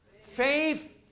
Faith